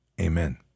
amen